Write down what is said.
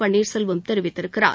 பன்னீர்செல்வம் தெரிவித்திருக்கிறார்